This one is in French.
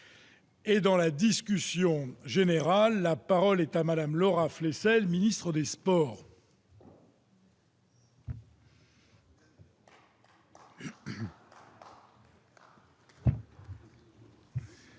Et dans la discussion générale, la parole est à Madame, Laura Flessel Ministre des Sports. Monsieur